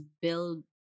build